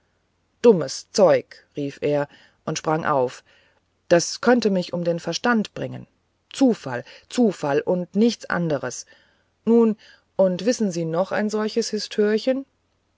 dummes zeug rief er und sprang auf das könnte mich um den verstand bringen zufall zufall und nichts anders nun und wissen sie noch ein solches